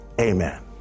amen